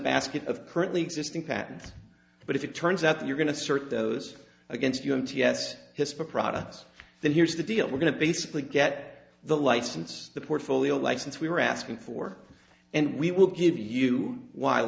basket of currently existing patents but if it turns out that you're going to search those against your own ts hisper products then here's the deal we're going to basically get the license the portfolio license we were asking for and we will give you weil